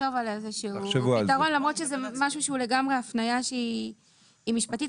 נחשוב על איזשהו פתרון למרות שזה משהו לגמרי הפניה שהיא משפטית.